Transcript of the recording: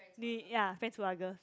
ya friends who are girls